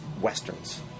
Westerns